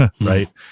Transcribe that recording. right